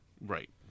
Right